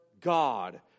God